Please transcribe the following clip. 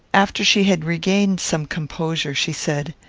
after she had regained some composure, she said,